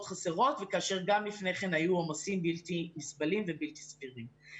חסרות וכאשר גם לפני כן היו עומסים בלתי נסבלים ובלתי סבירים.